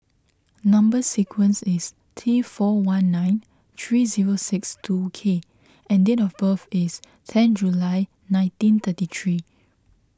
Number Sequence is T four one nine three zero six two K and date of birth is ten July nineteen thirty three